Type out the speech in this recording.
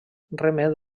remet